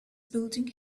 building